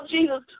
Jesus